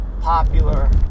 popular